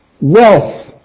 wealth